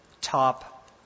top